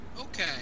Okay